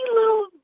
little